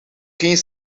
geen